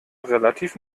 relativ